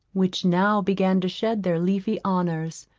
which now began to shed their leafy honours